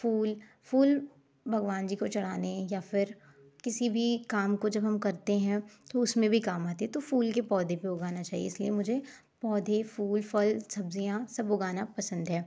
फूल फूल भगवान जी को चढ़ाने या फिर किसी भी काम को जब हम करते हैं तो उसमें भी काम आते हैं तो फूल के पौधे भी उगाना चाहिए इसलिए मुझे पौधे फूल फल सब्जियाँ सब उगाना पसंद है